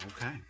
Okay